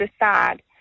decide